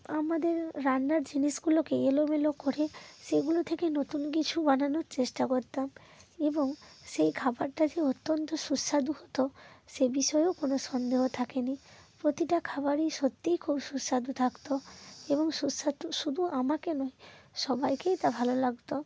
আমাদের রান্নার জিনিসগুলোকে এলোমেলো করে সেগুলো থেকে নতুন কিছু বানানোর চেষ্টা করতাম এবং সেই খাবারটা যে অত্যন্ত সুস্বাদু হতো সে বিষয়েও কোনো সন্দেহ থাকেনি প্রতিটা খাবারই সত্যিই খুব সুস্বাদু থাকত এবং সুস্বাদু শুধু আমাকে নয় সবাইকেই তা ভালো লাগত